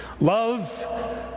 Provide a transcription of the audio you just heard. love